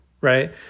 right